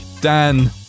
Dan